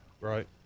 right